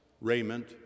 raiment